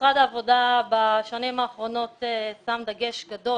משרד העבודה בשנים האחרונות שם דגש גדול